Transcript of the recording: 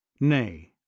nay